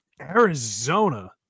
Arizona